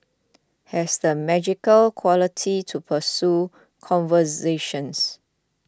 has the magical quality to pursue conversations